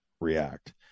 react